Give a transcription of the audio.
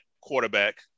quarterback